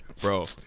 Bro